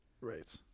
Right